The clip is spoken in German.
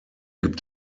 gibt